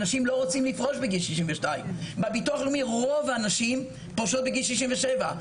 אנשים לא רוצים לפרוש בגיל 62. בביטוח הלאומי רוב הנשים פורשות בגיל 67,